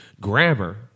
grammar